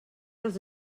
els